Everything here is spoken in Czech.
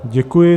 Děkuji.